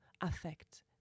affect